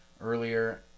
earlier